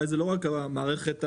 אולי זה לא רק המערכת הפיננסית.